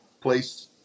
place